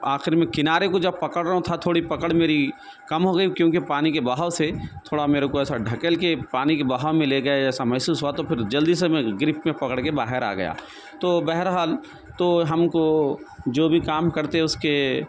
آخر میں کنارے کو جب پکڑ رہوں تھا تھوڑی پکڑ میری کم ہو گئی کیونکہ پانی کے بہاؤ سے تھوڑا میرے کو ایسا ڈھکیل کے پانی کے بہاؤ میں لے گئے ایسا محسوس ہوا تو پھر جلدی سے میں گرپ میں پکڑ کے باہر آ گیا تو بہرحال تو ہم کو جو بھی کام کرتے اس کے